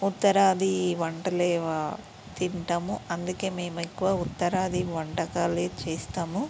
ఉత్తరాది వంటలే తింటాను అందుకే మేము ఎక్కువ ఉత్తరాది వంటకాలే చేస్తాము